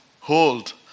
hold